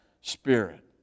spirit